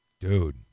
Dude